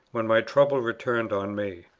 when my trouble returned on me.